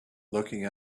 looking